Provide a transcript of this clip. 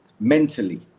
mentally